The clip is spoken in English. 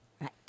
Right